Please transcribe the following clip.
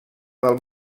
del